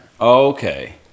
Okay